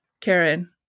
Karen